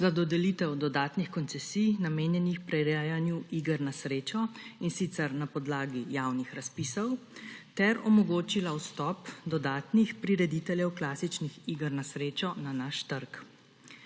za dodelitev dodatnih koncesij, namenjenih prirejanju iger na srečo, in sicer na podlagi javnih razpisov, ter omogočila vstop dodatnih prirediteljev klasičnih iger na srečo na naš trg.